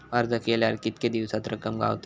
अर्ज केल्यार कीतके दिवसात रक्कम गावता?